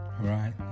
Right